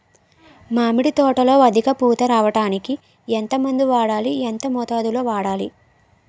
మామిడి తోటలో అధిక పూత రావడానికి ఎంత మందు వాడాలి? ఎంత మోతాదు లో వాడాలి?